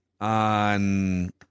on